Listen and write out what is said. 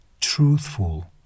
truthful